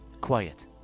quiet